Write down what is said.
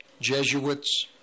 Jesuits